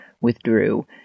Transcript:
withdrew